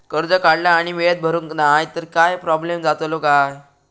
कर्ज काढला आणि वेळेत भरुक नाय तर काय प्रोब्लेम जातलो काय?